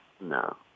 No